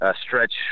stretch